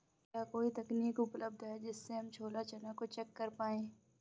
क्या कोई तकनीक उपलब्ध है जिससे हम छोला चना को चेक कर पाए?